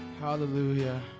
Hallelujah